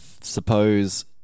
suppose